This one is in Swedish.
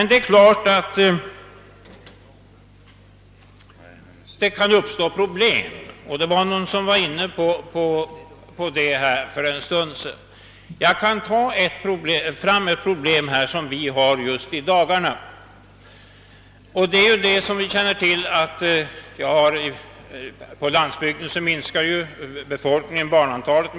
Det är riktigt att sammanläggningarna kan medföra problem såsom någon här nämnde för en stund sedan. Jag vill peka på ett sådant problem som vi har just i dagarna. På landsbygden minskar som bekant folkmängden och inte minst barnantalet.